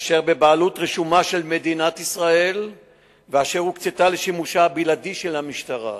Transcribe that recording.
אשר בבעלות רשומה של מדינת ישראל ואשר הוקצו לשימושה הבלעדי של המשטרה.